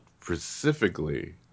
specifically